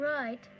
Right